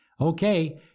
Okay